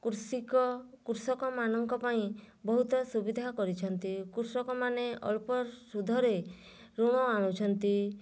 କୃଷକ ମାନଙ୍କ ପାଇଁ ବହୁତ ସୁବିଧା କରିଛନ୍ତି କୃଷକମାନେ ଅଳ୍ପ ସୁଧରେ ଋଣ ଆଣୁଛନ୍ତି